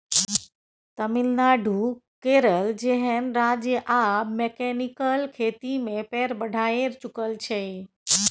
तमिलनाडु, केरल जेहन राज्य आब मैकेनिकल खेती मे पैर बढ़ाए चुकल छै